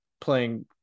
playing